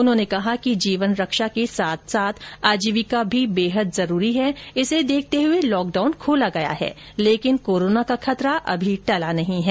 उन्होंने कहा कि जीवन रक्षा के साथ साथ आजीविका भी बेहद जरूरी है इसे देखते हुए लॉकडाउन खोला गया है लेकिन कोरोना का खतरा अभी टला नहीं है